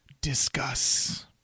Discuss